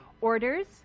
orders